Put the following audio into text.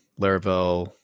Laravel